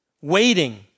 waiting